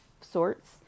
sorts